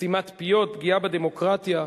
סתימת פיות, פגיעה בדמוקרטיה.